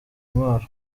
intwaro